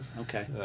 Okay